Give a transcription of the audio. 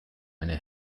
eine